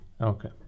Okay